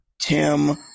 Tim